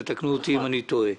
תתקנו אותי אם אני טועה.